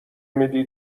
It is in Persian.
میدی